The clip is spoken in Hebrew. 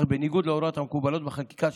אך בניגוד להוראות המקובלות בחקיקה,